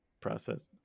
process